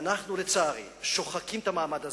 ואנחנו, לצערי, שוחקים את המעמד הזה,